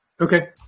Okay